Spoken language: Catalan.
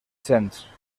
cents